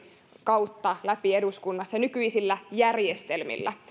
kautta läpi eduskunnassa nykyisillä järjestelmillä